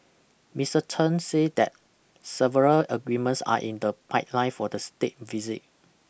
Mister Chen said that several agreements are in the pipeline for the state visit